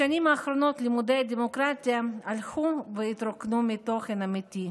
בשנים האחרונות לימודי הדמוקרטיה הלכו והתרוקנו מתוכן אמיתי,